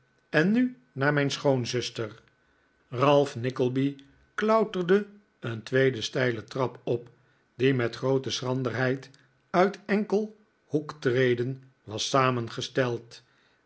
en nu naar mijn schoonzuster ralph nickleby klauterde een tweede steile trap op die met groote schranderheid uit enkel hoektreden was samengesteld